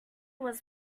was